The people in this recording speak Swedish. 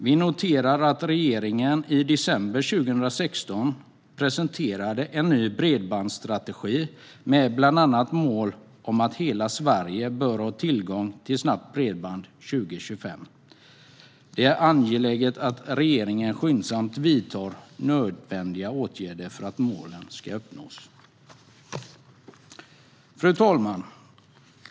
Vi noterar att regeringen i december 2016 presenterade en ny bredbandsstrategi med bland annat mål om att hela Sverige bör ha tillgång till snabbt bredband 2025. Det är angeläget att regeringen skyndsamt vidtar nödvändiga åtgärder för att de målen ska uppnås. Fru talman!